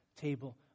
table